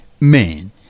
men